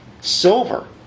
Silver